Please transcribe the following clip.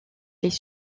les